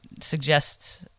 suggests